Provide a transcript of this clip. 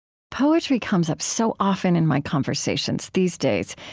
poetry comes up so often in my conversations these days,